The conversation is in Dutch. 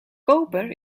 koper